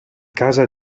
casa